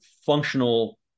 functional